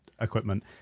equipment